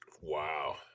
Wow